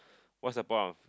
what's the point of